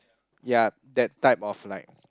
ya that type of like